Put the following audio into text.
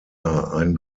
ein